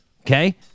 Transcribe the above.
Okay